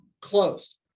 Closed